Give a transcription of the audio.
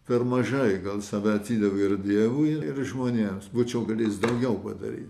per mažai gal save atidaviau ir dievui ir žmonėms būčiau galėjęs daugiau padaryt